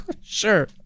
Sure